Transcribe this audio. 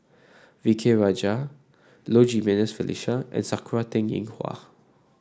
V K Rajah Low Jimenez Felicia and Sakura Teng Ying Hua